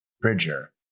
Bridger